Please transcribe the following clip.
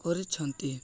କରିଛନ୍ତି